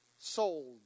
Sold